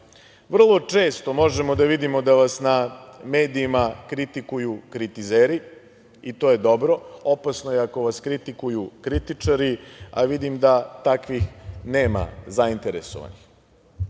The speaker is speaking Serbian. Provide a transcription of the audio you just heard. često možemo da vidimo da vas na medijima kritikuju kritizeri i to je dobro. Opasno je ako vas kritikuju kritičari, a vidim da takvih nema zainteresovanih.